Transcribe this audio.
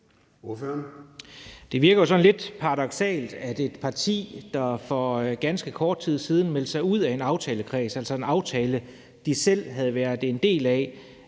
Det virker jo sådan lidt paradoksalt, at et parti, der for ganske kort tid siden meldte sig ud af en aftalekreds, altså en aftale, de selv havde været en del af,